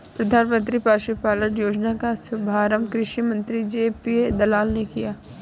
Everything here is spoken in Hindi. प्रधानमंत्री पशुपालन योजना का शुभारंभ कृषि मंत्री जे.पी दलाल ने किया